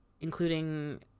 including